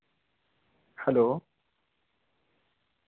hello